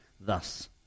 thus